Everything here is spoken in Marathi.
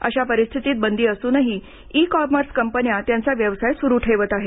अशा परिस्थितीत बंदी असूनही ई कॉमर्स कंपन्या त्यांचा व्यवसाय सुरू ठेवत आहे